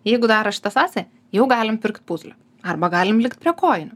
jeigu daro šitą sąsają jau galim pirkt puzlę arba galim likt prie kojų